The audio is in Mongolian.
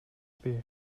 бий